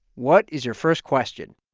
what is your first question?